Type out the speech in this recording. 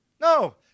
No